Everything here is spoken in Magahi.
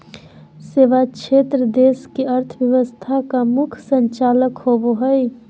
सेवा क्षेत्र देश के अर्थव्यवस्था का मुख्य संचालक होवे हइ